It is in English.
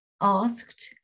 asked